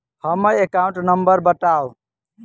हम्मर account number बताऊ?